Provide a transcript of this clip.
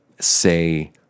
say